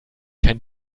kein